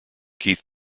keith